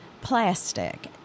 plastic